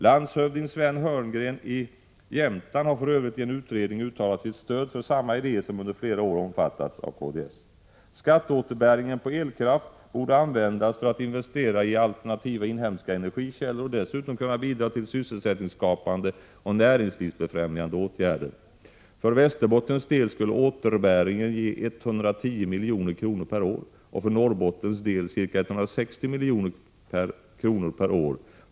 Landshövding Sven Heurgren i Jämtland har för övrigt i en utredning uttalat sitt stöd för samma idé, som under flera år omfattats av kds. Skatteåterbäringen på elkraft borde användas för investeringar i alternativa inhemska energikällor och borde dessutom kunna bidra till sysselsättningsskapande och näringslivsbefrämjande åtgärder. För Västerbottens del skulle ”återbäringen” ge 110 milj.kr. år.